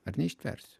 ar neištversiu